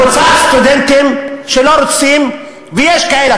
יש קבוצת סטודנטים שלא רוצים ויש כאלה.